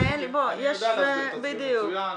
אני יודע להסביר את עצמי מצוין.